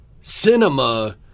Cinema